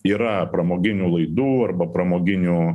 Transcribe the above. yra pramoginių laidų arba pramoginių